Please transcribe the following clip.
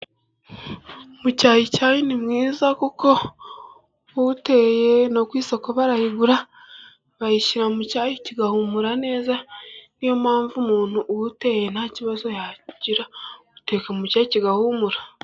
Umucyayicyayi ni mwiza kuko uwuteye no ku isoko barawugura, bawushyira mu cyayo kigahumura neza, ni yo mpamvu umuntu uwuteye nta kibazo yagira, uwuteka mu cyayi kigahumura.